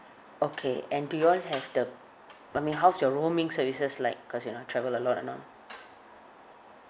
okay and do you all have the I mean how's your roaming services like cause you know travel a lot and all